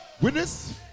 witness